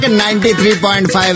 93.5